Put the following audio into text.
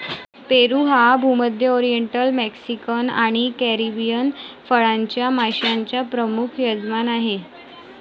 पेरू हा भूमध्य, oriental, Mexican आणि कॅरिबियन फळांच्या माश्यांचा प्रमुख यजमान आहे